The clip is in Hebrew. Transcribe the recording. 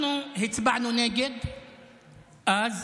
אנחנו הצבענו נגד אז.